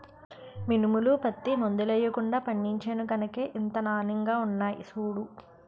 మినుములు, పత్తి మందులెయ్యకుండా పండించేను గనకే ఇంత నానెంగా ఉన్నాయ్ సూడూ